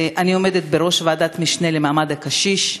אני עומדת בראש ועדת משנה למעמד הקשיש,